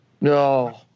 No